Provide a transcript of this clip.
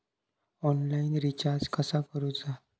Online recharge कसा करूचा?